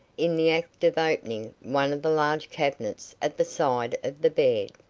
in the act of opening one of the large cabinets at the side of the bed.